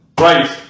Right